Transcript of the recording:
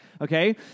okay